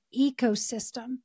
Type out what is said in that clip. ecosystem